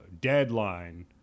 deadline